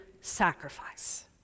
sacrifice